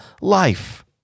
life